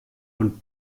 und